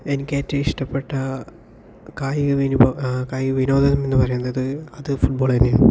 എനിക്ക് ഏറ്റവും ഇഷ്ട്ടപ്പെട്ട കായിക വിനോദ കായിക വിനോദം എന്ന് പറയുന്നത് അത് ഫുട്ബോള് തന്നെയാണ്